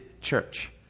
church